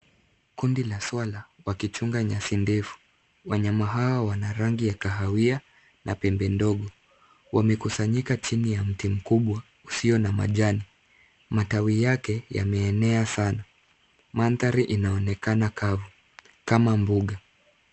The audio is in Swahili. Kundi la swala wakichunga nyasi ndefu. Wanyama hao wana rangi ya kahawia na pembe ndogo. Wamekusanyika chini ya mti mkubwa usio na majani. Matawi yake yameenea sana. Mandhari inaonekana kavu kama mbuga.